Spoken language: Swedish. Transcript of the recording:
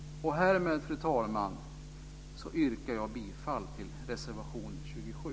Härmed, fru talman, yrkar jag bifall till reservation 27.